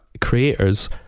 creators